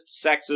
sexist